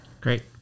Great